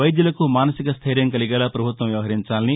వైద్యులకు మానసిక స్టెర్యం కలిగేలా ప్రభుత్వం వ్యవహరించాలని